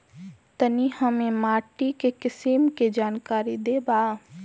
तनि हमें माटी के किसीम के जानकारी देबा?